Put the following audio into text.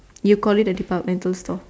you call it a departmental store